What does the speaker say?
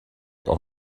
ond